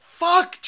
fuck